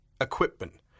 equipment